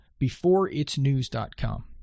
beforeitsnews.com